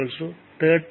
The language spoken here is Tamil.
2 mho ஆகும்